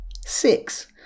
six